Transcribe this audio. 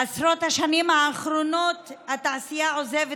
בעשרות השנים האחרונות התעשייה עוזבת